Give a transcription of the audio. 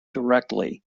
directly